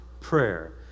prayer